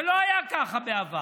זה לא היה ככה בעבר.